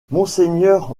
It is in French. monseigneur